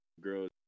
girls